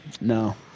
No